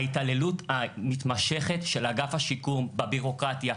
ההתעללות המתמשכת של אגף השיקום בביורוקרטיה,